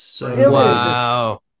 Wow